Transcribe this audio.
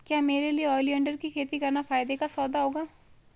क्या मेरे लिए ओलियंडर की खेती करना फायदे का सौदा होगा?